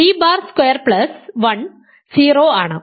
പക്ഷേ T bar square plus 1 0 ആണ്